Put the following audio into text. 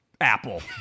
apple